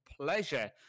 pleasure